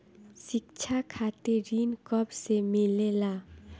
शिक्षा खातिर ऋण कब से मिलेला?